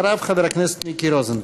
אחריו, חבר הכנסת מיקי רוזנטל.